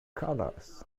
colors